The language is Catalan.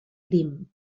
crim